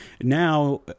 now